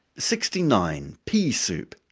sixty nine. pea soup.